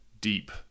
deep